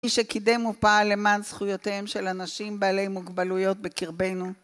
מי שקידם ופעל למען זכויותיהם של אנשים בעלי מוגבלויות בקרבנו